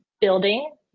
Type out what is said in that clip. building